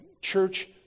church